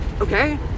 okay